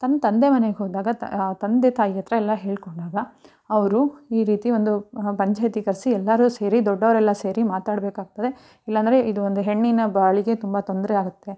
ತನ್ನ ತಂದೆ ಮನೆಗೆ ಹೋದಾಗ ತಂದೆ ತಾಯಿಯ ಹತ್ರ ಎಲ್ಲ ಹೇಳಿಕೊಂಡಾಗ ಅವರು ಈ ರೀತಿ ಒಂದು ಪಂಚಾಯಿತಿ ಕರೆಸಿ ಎಲ್ಲರೂ ಸೇರಿ ದೊಡ್ಡವರೆಲ್ಲ ಸೇರಿ ಮಾತಾಡ್ಬೇಕಾಗ್ತದೆ ಇಲ್ಲಾಂದರೆ ಇದು ಒಂದು ಹೆಣ್ಣಿನ ಬಾಳಿಗೆ ತುಂಬ ತೊಂದರೆ ಆಗುತ್ತೆ